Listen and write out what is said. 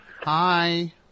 Hi